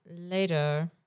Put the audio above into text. later